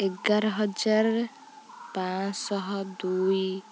ଏଗାର ହଜାର ପାଞ୍ଚଶହ ଦୁଇ